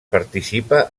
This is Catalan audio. participa